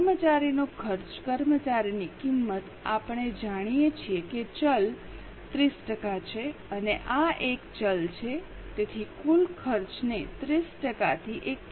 કર્મચારીનો ખર્ચ કર્મચારીની કિંમત આપણે જાણીએ છીએ કે ચલ 30 ટકા છે અને આ એક ચલ છે તેથી કુલ ખર્ચને 30 ટકાથી 1